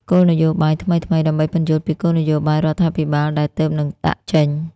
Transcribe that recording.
គោលនយោបាយថ្មីៗ ដើម្បីពន្យល់ពីគោលនយោបាយរដ្ឋាភិបាលដែលទើបនឹងដាក់ចេញ។